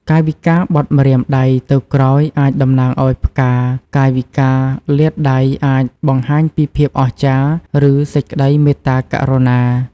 កាយវិការបត់ម្រាមដៃទៅក្រោយអាចតំណាងឱ្យផ្កា កាយវិការលាតដៃអាចបង្ហាញពីភាពអស្ចារ្យ ឬសេចក្ដីមេត្តាករុណា។